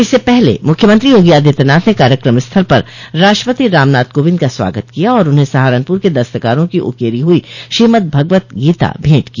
इससे पहले मुख्यमंत्री योगी आदित्यनाथ ने कार्यक्रम स्थल पर राष्ट्रपति रामनाथ कोविंद का स्वागत किया और उन्हें सहारनपुर के दस्तकारों की उकेरी हुई श्रीमदभगवत गीता भेंट की